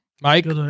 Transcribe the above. Mike